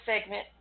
segment